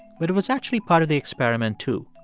but it was actually part of the experiment, too.